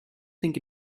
think